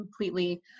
completely